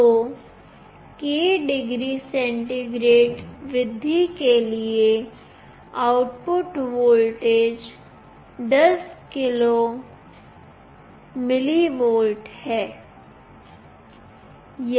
तो k degree centigrade वृद्धि के लिए आउटपुट वोल्टेज 10k mV होगा